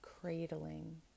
cradling